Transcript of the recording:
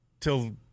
till